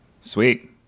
Sweet